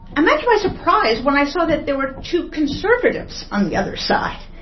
imagine my surprise when i saw that there were two conservatives on the other side.